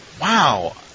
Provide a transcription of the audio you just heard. Wow